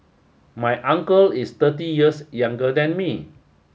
my uncle is thirty years younger than me